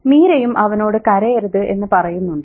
മീരയും അവനോട് കരയരുത് എന്ന് പറയുന്നുണ്ട്